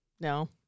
No